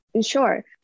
Sure